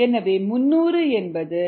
எனவே 300 என்பது 2